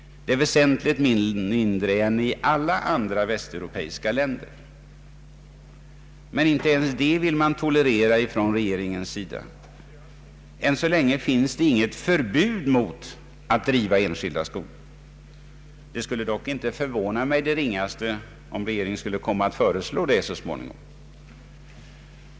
Det är väsentligt mindre än i alla andra västeuropeiska länder. Men inte ens det vill regeringen tolerera. Än så länge finns inget förbud mot att driva enskilda skolor. Det skulle dock inte förvåna mig det ringaste om regeringen skulle föreslå ett sådant så småningom.